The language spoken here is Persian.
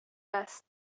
است